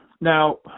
Now